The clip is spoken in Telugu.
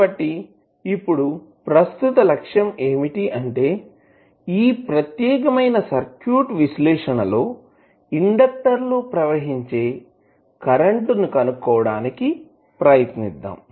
కాబట్టి ఇప్పుడు ప్రస్తుత లక్ష్యం ఏమిటి అంటే ఈ ప్రత్యేకమైన సర్క్యూట్ విశ్లేషణలో ఇండెక్టర్ లో ప్రవహించే కరెంటు ని కనుక్కోవడానికి ప్రయత్నిద్దాం